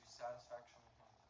satisfaction